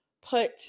put